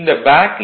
இந்த பேக் ஈ